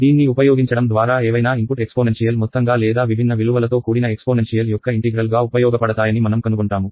దీన్ని ఉపయోగించడం ద్వారా ఏవైనా ఇన్పుట్ ఎక్స్పోనెన్షియల్ మొత్తంగా లేదా విభిన్న విలువలతో కూడిన ఎక్స్పోనెన్షియల్ యొక్క ఇంటిగ్రల్ గా ఉపయోగపడతాయని మనం కనుగొంటాము